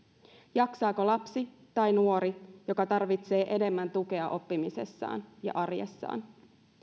jaksaako lapsi tai nuori joka tarvitsee enemmän tukea oppimisessaan ja arjessaan